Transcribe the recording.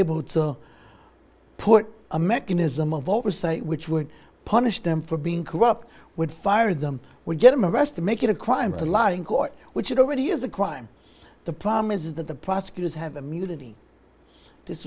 able to put a mechanism of oversight which would punish them for being corrupt would fire them would get him arrested make it a crime to lie in court which it already is a crime the problem is that the prosecutors have immunity this